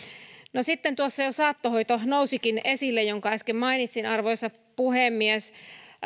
tuossa jo saattohoito nousikin esille jonka äsken mainitsin arvoisa puhemies